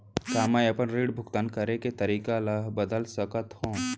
का मैं अपने ऋण भुगतान करे के तारीक ल बदल सकत हो?